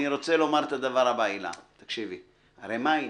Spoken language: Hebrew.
אני רוצה לומר את הדבר הבא: הרי מה העניין?